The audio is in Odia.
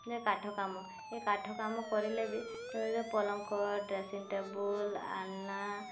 ଯେ କାଠ କାମ ଏ କାଠ କାମ କରିଲେ ବି ଯେଉଁ ପଲଙ୍କ ଡ୍ରେସିଂ ଟେବୁଲ ଆଲନା